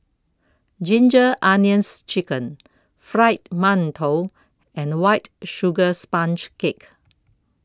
Ginger Onions Chicken Fried mantou and White Sugar Sponge Cake